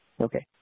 Okay